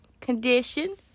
condition